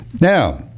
Now